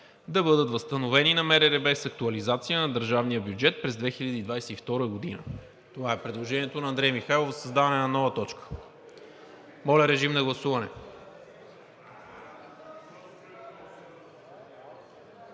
да бъдат възстановени на МРРБ с актуализация на държавния бюджет през 2022 г.“ Това е предложението на Андрей Михайлов за създаване на нова точка. Моля, режим на гласуване.